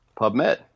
PubMed